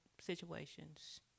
situations